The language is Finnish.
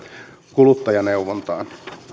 kuluttajaneuvontaan